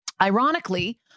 Ironically